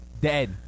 dead